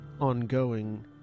ongoing